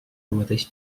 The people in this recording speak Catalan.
mateix